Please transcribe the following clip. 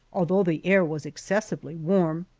although the air was excessively warm.